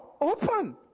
open